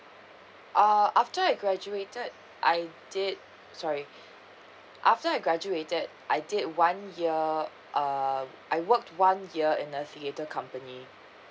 uh after I graduated I did sorry after I graduated I did one year uh I work one year in a theater company